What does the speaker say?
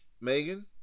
Megan